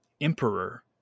emperor